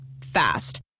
Fast